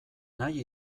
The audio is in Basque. nahi